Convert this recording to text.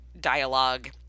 Dialogue